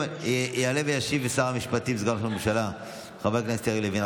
יעלה וישיב שר המשפטים וסגן ראש הממשלה חבר הכנסת יריב לוין.